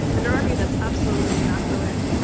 under our view, that's absolutely not correct.